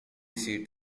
seat